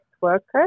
workers